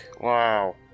Wow